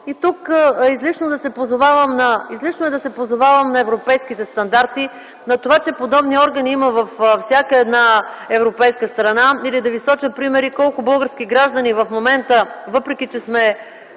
Излишно е тук да се позовавам на европейските стандарти, на това, че подобни органи има във всяка една европейска страна, или да ви соча примери колко български граждани в момента, въпреки че сме